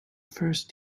first